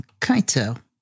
Kaito